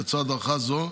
לצד הארכה זו,